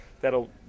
that'll